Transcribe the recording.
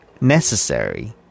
necessary